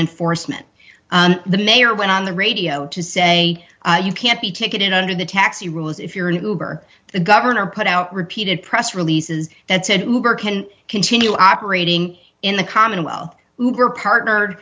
enforcement the mayor went on the radio to say you can't be ticketed under the taxi rules if you're in hoover the governor put out repeated press releases that said can continue operating in the commonwealth we're partner